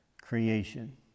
creation